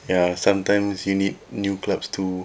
ya sometimes you need new clubs to